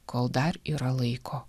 kol dar yra laiko